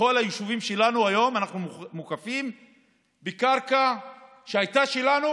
בכל היישובים שלנו היום אנחנו מוקפים בקרקע שהייתה שלנו,